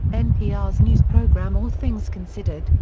npr's news program all things considered,